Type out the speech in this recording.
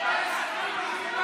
אסור לשלוח אזרחים לשם.